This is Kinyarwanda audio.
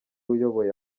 uyoboye